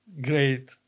great